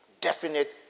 definite